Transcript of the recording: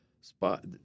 spot